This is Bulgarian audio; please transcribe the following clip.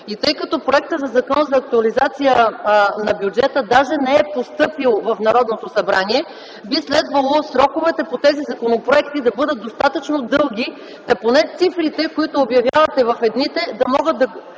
Тъй като проектът на Закон за актуализация на бюджета даже не е постъпил в Народното събрание, би следвало сроковете по тези законопроекти да бъдат достатъчно дълги, та поне цифрите, които обявявате в едните, да могат да